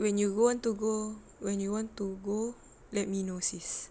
when you go on to go when you want to go let me know sis